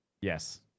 Yes